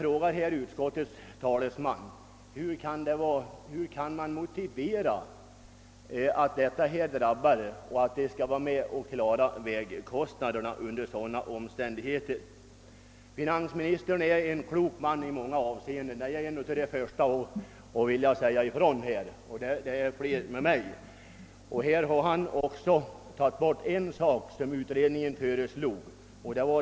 Får jag fråga utskottets talesman hur man kan motivera att denna kategori skall drabbas av skatt och vara med och bära vägkostnaderna under sådana omständigheter. Finansministern är en klok man i många avseenden — och jag är den förste att erkänna detta. Han har också tagit bort den s.k. veckobeskattningen -— som utredningen föreslagit.